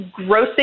grossing